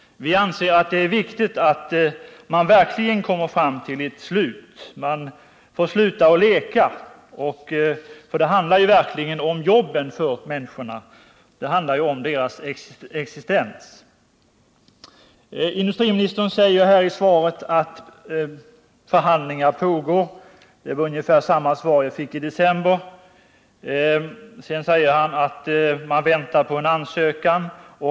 Vi anser att det är viktigt att man verkligen kommer fram till ett beslut. Man får sluta att leka. Det handlar om jobben, om existensen för människorna. Industriministern säger i svaret att förhandlingar pågår. Det är ungefär samma svar som jag fick i december. Sedan säger han att man väntar på en ansökan.